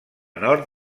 nord